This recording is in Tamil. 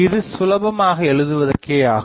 இது சுலபமாக எழுதுவதற்கேயாகும்